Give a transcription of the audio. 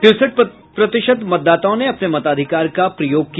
तिरसठ प्रतिशत मतदाताओं ने अपने मताधिकार का प्रयोग किया